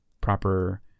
proper